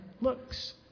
looks